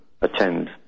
attend